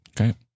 Okay